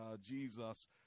Jesus